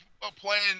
playing